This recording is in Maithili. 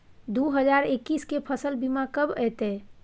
दु हजार एक्कीस के फसल बीमा कब अयतै?